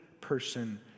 person